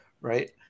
right